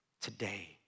today